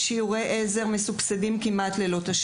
למשל: שיעורי עזר בסבסוד משמעותי,